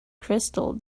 crystal